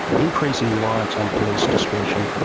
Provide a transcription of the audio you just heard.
increasing reliance on police discretion,